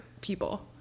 people